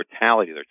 mortality